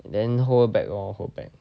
then hold back lor hold back